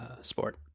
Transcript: sport